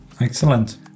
Excellent